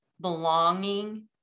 belonging